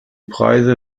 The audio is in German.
preise